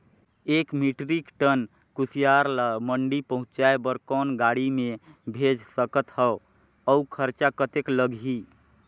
एक metric ton कुसियार ल मंडी पहुंचाय बर कौन गाड़ी मे भेज सकत हव अउ खरचा कतेक लगही?